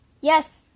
Yes